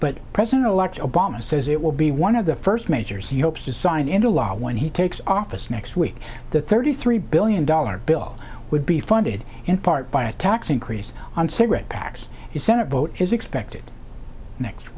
but president elect obama says it will be one of the first measures you hopes to sign into law when he takes office next week the thirty three billion dollars bill would be funded in part by a tax increase on cigarette packs the senate vote is expected next